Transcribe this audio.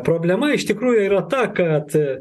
problema iš tikrųjų yra ta kad